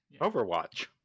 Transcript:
overwatch